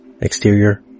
Exterior